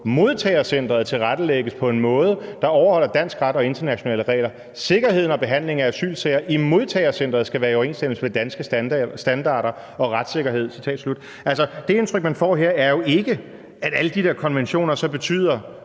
det indtryk, man får her, er jo ikke, at alle de der konventioner betyder,